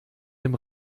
dem